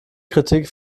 kritik